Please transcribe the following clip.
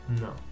No